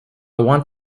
want